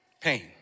pain